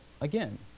again